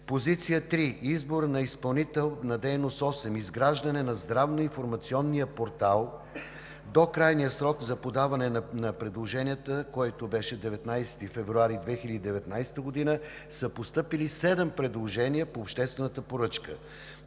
Позиция три – „Избор на изпълнител на дейност 8: изграждане на здравно информационния портал“. До крайния срок за подаване на предложенията, който беше 19 февруари 2019 г., са постъпили седем предложения по обществената поръчка.